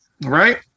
Right